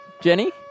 Jenny